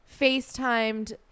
FaceTimed